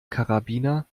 karabiner